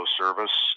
service